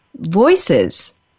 voices